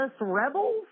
Rebels